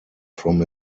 from